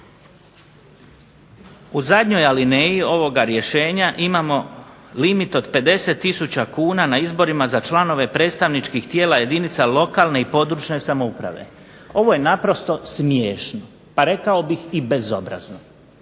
U zadnjoj alineji ovoga rješenja imamo limit od 50 tisuća kuna na izborima za članove predstavničkih tijela jedinica lokalne i područne samouprave. Ovo je naprosto smiješno, pa rekao bih i bezobrazno,